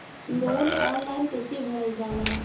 Loan online कइसे भरल जाला?